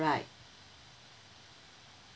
right